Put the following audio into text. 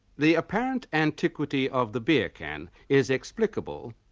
the apparent antiquity of the beer can is explicable,